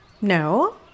No